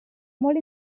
molt